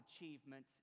achievements